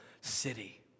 city